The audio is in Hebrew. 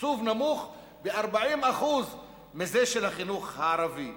תקצוב נמוך ב-40% מזה של החינוך היהודי.